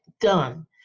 done